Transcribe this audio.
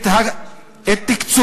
לתחום שלך,